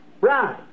Right